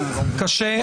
אני לא כועס.